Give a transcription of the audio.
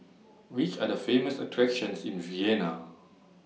Which Are The Famous attractions in Vienna